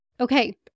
Okay